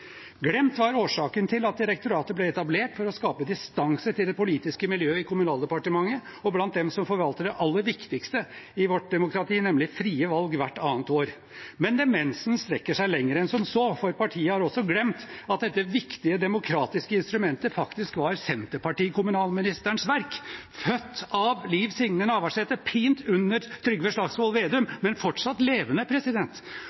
Glemt var årsaken til at direktoratet ble etablert, for å skape distanse til det politiske miljøet i Kommunaldepartementet blant dem som forvalter det aller viktigste i vårt demokrati, nemlig frie valg hvert annet år. Men demensen strekker seg lenger enn som så, for partiet har også glemt at dette viktige demokratiske instrumentet faktisk var Senterparti-kommunalministerens verk – født av Liv Signe Navarsete, pint under Trygve Slagsvold Vedum,